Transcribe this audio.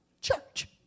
church